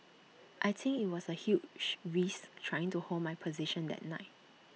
I think IT was A huge risk trying to hold my position that night